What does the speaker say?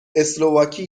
اسلواکی